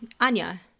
Anya